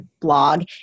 blog